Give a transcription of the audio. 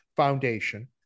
foundation